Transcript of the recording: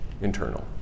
internal